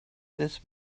this